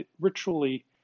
ritually